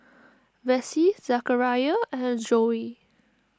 Vessie Zachariah and Joey